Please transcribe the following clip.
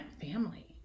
family